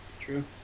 true